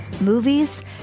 movies